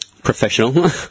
professional